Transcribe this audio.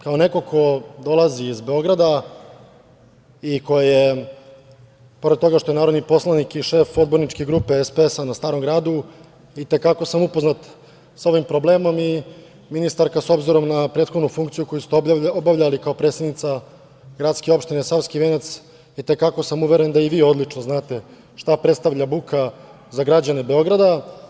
Kao neko ko dolazi iz Beograda i ko je pored toga što je narodni poslanik i šef poslaničke grupe SPS na Starom gradu, i te kako sam upoznat sa ovim problemom i, ministarka, s obzirom na prethodnu funkciju koju ste obavljali kao predsednica GO Savski venac, i te kako sam uveren da i vi odlično znate šta predstavlja buka za građane Beograda.